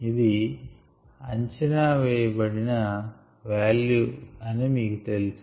ఇది అంచనా వేయబడిన వాల్యూ అని మీకు తెలుసు